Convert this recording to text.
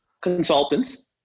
consultants